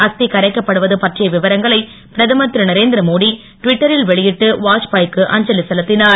அஸ்தி கரைக்கப்படுவது பற்றிய விவரங்களை பிரதமர் திரு நரேந்திரமோடி டுவிட்டரில் வெளியிட்டு வாஜ் பாய் க்கு அஞ்சலி செலுத்தினார்